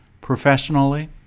professionally